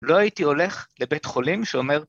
‫לא הייתי הולך לבית חולים שאומר...